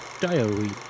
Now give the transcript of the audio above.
Diary